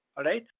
alright?